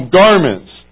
garments